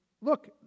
look